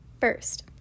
First